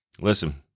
listen